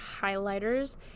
Highlighters